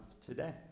today